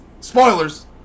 spoilers